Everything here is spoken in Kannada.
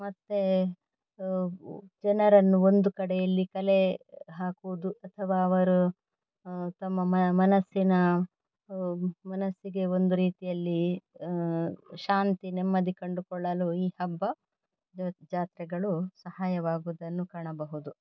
ಮತ್ತು ಜನರನ್ನು ಒಂದು ಕಡೆಯಲ್ಲಿ ಕಲೆ ಹಾಕುವುದು ಅಥವಾ ಅವರು ತಮ್ಮ ಮನಸ್ಸಿನ ಮನಸ್ಸಿಗೆ ಒಂದು ರೀತಿಯಲ್ಲಿ ಶಾಂತಿ ನೆಮ್ಮದಿ ಕಂಡುಕೊಳ್ಳಲು ಈ ಹಬ್ಬ ದ ಜಾತ್ರೆಗಳು ಸಹಾಯವಾಗುವುದನ್ನು ಕಾಣಬಹುದು